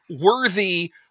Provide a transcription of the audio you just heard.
worthy